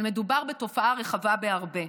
אבל מדובר בתופעה רחבה בהרבה.